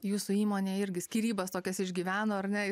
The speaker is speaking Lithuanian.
jūsų įmonė irgi skyrybas tokias išgyveno ar ne